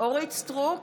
אורית מלכה סטרוק,